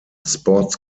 sports